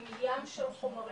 עם ים של חומרים